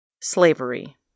Slavery